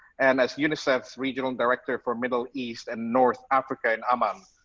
and as unicef's regional director for middle east and north africa in aman.